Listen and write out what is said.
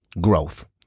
Growth